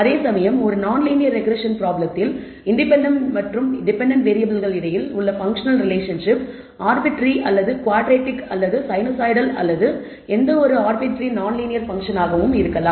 அதேசமயம் ஒரு non linear regression ப்ராப்ளத்தில் இன்டெபென்டென்ட் மற்றும் டெபென்டென்ட் வேறியபிள்கள் இடையில் உள்ள பன்க்ஷனல் ரிலேஷன்ஷிப் ஆர்பிட்டரி அல்லது குவாட்ரடிக் அல்லது சைனுசாய்டல் அல்லது எந்தவொரு ஆர்பிட்டரி நான் லீனியர் பங்க்ஷனாக இருக்கலாம்